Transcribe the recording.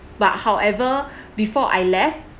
but however before I left